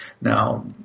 Now